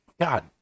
God